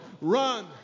run